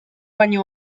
baino